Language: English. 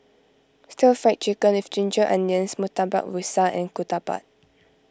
Stir Fried Chicken with Ginger Onions Murtabak Rusa and Ketupat